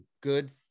good